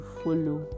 follow